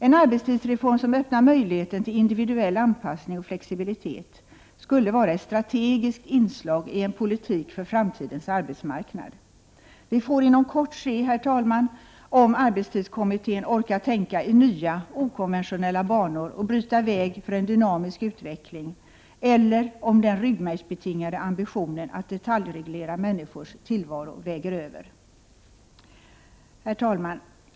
En arbetstidsreform som öppnar möjligheten till individuell anpassning och flexibilitet skulle vara ett strategiskt inslag i en politik för framtidens arbetsmarknad. Vi får inom kort se om arbetstidskommittén orkar tänka i nya okonventionella banor och bryta väg för en dynamisk utveckling eller om den ryggmärgsbetingade ambitionen att detaljreglera människors tillvaro väger över. Herr talman!